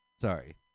Sorry